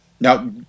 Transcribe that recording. Now